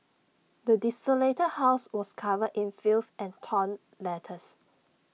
the desolated house was covered in filth and torn letters